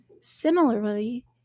similarly